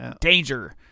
danger